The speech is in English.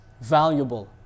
valuable